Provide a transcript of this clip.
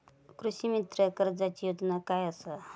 कृषीमित्र कर्जाची योजना काय असा?